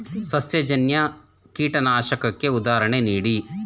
ಸಸ್ಯಜನ್ಯ ಕೀಟನಾಶಕಕ್ಕೆ ಉದಾಹರಣೆ ನೀಡಿ?